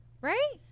Right